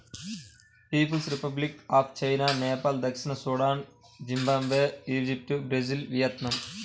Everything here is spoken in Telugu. peoples Republic of China, Nepal దక్షిణ Sudan, Zimbabwe, Egypt, Brazil, Vietnam